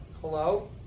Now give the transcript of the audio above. Hello